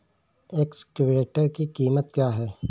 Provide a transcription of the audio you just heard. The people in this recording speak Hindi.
एक्सकेवेटर की कीमत क्या है?